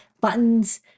buttons